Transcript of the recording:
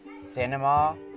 cinema